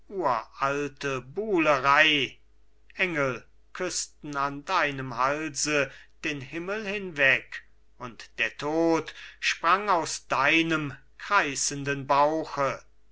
uralte buhlerei engel küßten an deinem halse den himmel hinweg und der tod sprang aus deinem kreißenden bauche